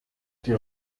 die